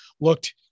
looked